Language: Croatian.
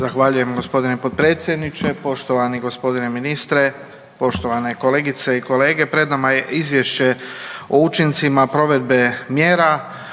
Zahvaljujem gospodine potpredsjedniče. Poštovani gospodine ministre, poštovane kolegice i kolege pred nama je izvješće o učincima provedbe mjera